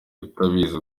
utabizi